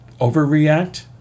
overreact